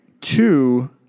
Two